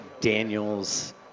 daniels